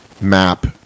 map